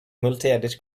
multiedit